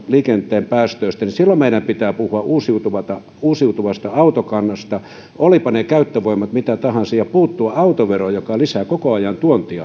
liikenteen päästöistä niin silloin meidän pitää puhua uusiutuvasta uusiutuvasta autokannasta olivatpa ne käyttövoimat mitä tahansa ja puuttua autoveroon joka lisää koko ajan tuontia